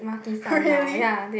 really